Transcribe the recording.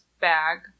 bag